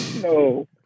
No